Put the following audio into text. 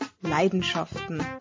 Leidenschaften